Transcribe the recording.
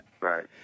Right